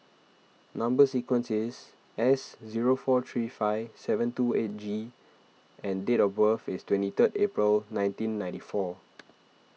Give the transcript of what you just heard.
Number Sequence is S zero four three five seven two eight G and date of birth is twenty third April nineteen ninety four